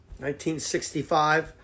1965